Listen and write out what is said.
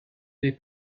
they